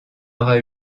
auras